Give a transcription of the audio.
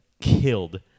killed